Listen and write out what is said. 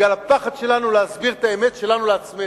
בגלל הפחד שלנו להסביר את האמת שלנו לעצמנו.